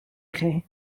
chi